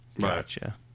Gotcha